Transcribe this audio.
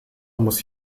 muss